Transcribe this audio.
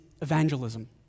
evangelism